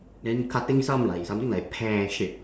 then cutting some like something like pear shape